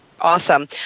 Awesome